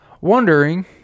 Wondering